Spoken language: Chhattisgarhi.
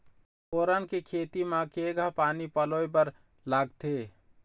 फोरन के खेती म केघा पानी पलोए बर लागथे?